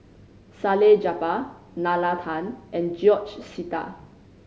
Salleh Japar Nalla Tan and George Sita